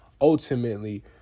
Ultimately